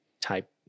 type